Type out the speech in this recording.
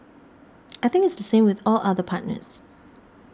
I think it's the same with all other partners